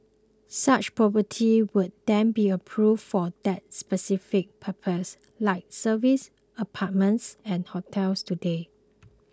such properties would then be approved for that specific purpose like service apartments and hotels today